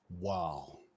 Wow